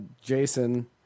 Jason